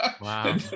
Wow